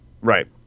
Right